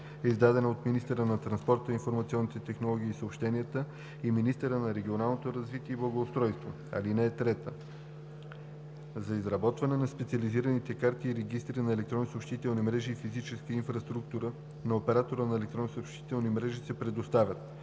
издадена от министъра на транспорта, информационните технологии и съобщенията и министъра на регионалното развитие и благоустройството. (3) За изработване на специализираните карти и регистри на електронни съобщителни мрежи и физическа инфраструктура на оператора на електронна съобщителна мрежа се предоставят: